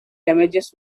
damages